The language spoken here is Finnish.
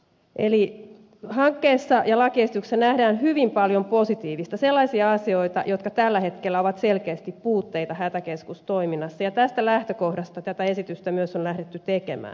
eli hankkeessa ja lakiesityksessä nähdään hyvin paljon positiivista sellaisia asioita jotka tällä hetkellä ovat selkeästi puutteita hätäkeskustoiminnassa ja tästä lähtökohdasta tätä esitystä myös on lähdetty tekemään